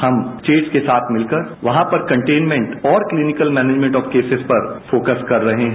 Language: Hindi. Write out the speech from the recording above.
हम चेज के साथ मिलकर वहां पर कंटेन्मेंट और क्लीनिकल मैनेजमैन्ट ऑफ केसेज पर फोकस कर रहे हैं